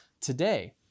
today